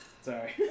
Sorry